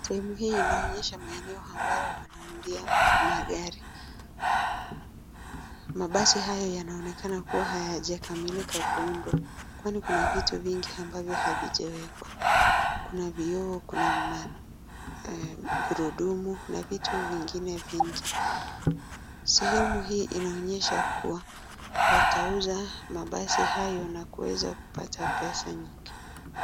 Sehemu hii inaonyesha maeneo wanaundia magari , mabasi hayo yanonekana hayajakamilika kuundwa kwani kuna viti vingi ambayo haijawekwa , kuna vioo, kuna magururdumu na vitu vingine vingi. Sehemu inaonyesha kuwa watauza mabasi hayo na kuweza kupata pesa nyingi.